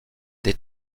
des